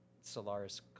Solaris